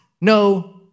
no